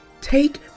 take